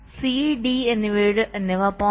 2 C D എന്നിവ 0